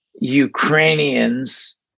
Ukrainians